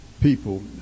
people